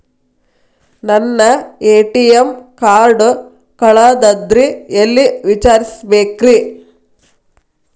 ನನ್ನ ATM card ಕಳದದ್ರಿ ಎಲ್ಲಿ ವಿಚಾರಿಸ್ಬೇಕ್ರಿ?